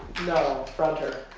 no fronter.